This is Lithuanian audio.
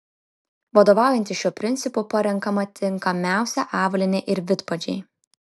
vadovaujantis šiuo principu parenkama tinkamiausia avalynė ir vidpadžiai